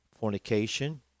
fornication